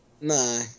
No